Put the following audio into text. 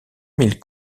mille